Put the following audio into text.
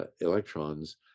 electrons